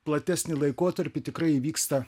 platesnį laikotarpį tikrai įvyksta